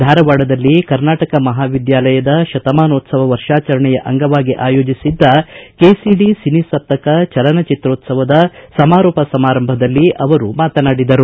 ಧಾರವಾಡದಲ್ಲಿ ಕರ್ನಾಟಕ ಮಹಾವಿದ್ವಾಲಯ ಶತಮಾನೋತ್ಸವದ ವರ್ಷಾಚರಣೆಯ ಅಂಗವಾಗಿ ಅಯೋಜಿಸಿದ್ದ ಕೆಸಿಡಿ ಸಿನಿಸಪ್ತಕ ಚಲನಚಿತ್ರೋತ್ಸವದ ಸಮಾರೋಪ ಸಮಾರಂಭದಲ್ಲಿ ಅವರು ಮಾತನಾಡಿದರು